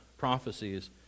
Prophecies